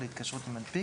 להתקשרות עם מנפיק,